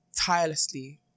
tirelessly